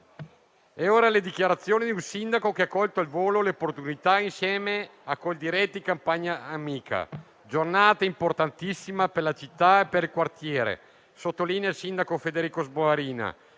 E ora le dichiarazioni di un sindaco che ha colto al volo le opportunità insieme a Coldiretti e Campagna Amica: «Giornata importantissima per la città e per il quartiere - sottolinea il sindaco Federico Sboarina